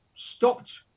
stopped